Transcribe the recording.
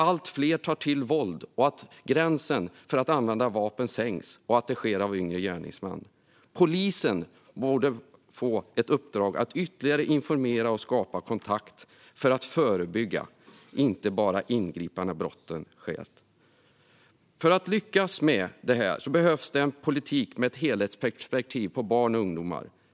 Allt fler tar till våld, och gränsen för att använda vapen sänks. Gärningsmännen är yngre. Polisen bör få i uppdrag att ytterligare informera och skapa kontakt för att förebygga, inte bara ingripa när brotten sker. För att lyckas med det här behövs en politik med ett helhetsperspektiv på barn och ungdomar.